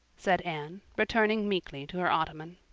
said anne, returning meekly to her ottoman.